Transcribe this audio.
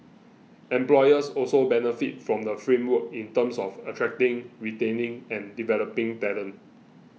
employers also benefit from the framework in terms of attracting retaining and developing talent